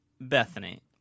Bethany